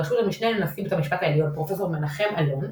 בראשות המשנה לנשיא בית המשפט העליון פרופ' מנחם אלון,